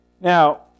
Now